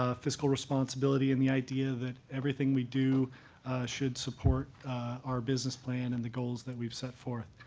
ah fiscal responsibility, and the idea that everything we do should support our business plan and the goals that we've set forth.